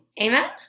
Amen